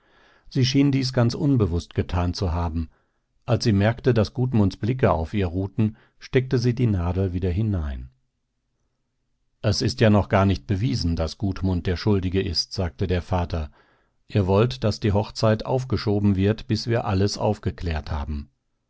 sie schien dies ganz unbewußt getan zu haben als sie merkte daß gudmunds blicke auf ihr ruhten steckte sie die nadel wieder hinein es ist ja noch gar nicht bewiesen daß gudmund der schuldige ist sagte der vater aber ich begreife ihr wollt daß die hochzeit aufgeschoben wird bis wir alles aufgeklärt haben